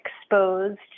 exposed